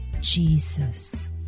Jesus